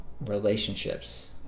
relationships